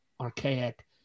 archaic